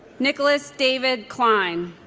nicholas david kline